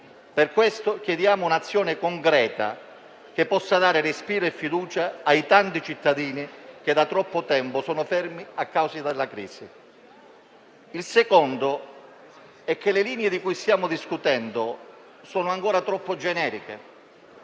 Per questo chiediamo un'azione concreta che possa dare respiro e fiducia ai tanti cittadini che da troppo tempo sono fermi a causa della crisi. Il secondo aspetto è che le linee di cui stiamo discutendo sono ancora troppo generiche.